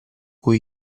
cui